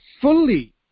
fully